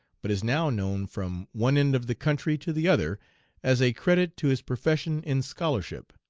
but is now known from one end of the country to the other as a credit to his profession in scholarship,